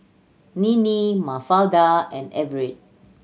Ninnie Mafalda and Everet